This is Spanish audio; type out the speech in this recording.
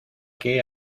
que